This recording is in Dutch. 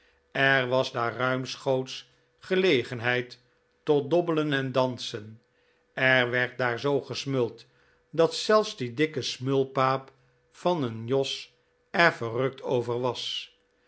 er was daar ruimschoots gelegenheid tot dobbelen en dansen er werd daar zoo gesmuld dat zelfs die dikke smulpaap van een jos er verrukt over was